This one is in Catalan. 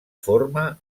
forma